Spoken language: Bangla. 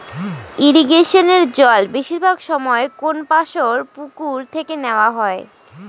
ইরিগেশনের জল বেশিরভাগ সময় কোনপাশর পুকুর থেকে নেওয়া হয়